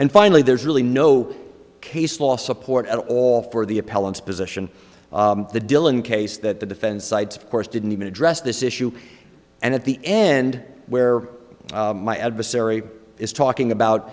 and finally there's really no case law support at all for the appellants position the dylan case that the defense sides of course didn't even address this issue and at the end where my adversary is talking about